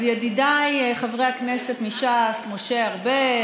אז ידידיי חברי הכנסת מש"ס משה ארבל,